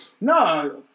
No